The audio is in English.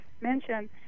mention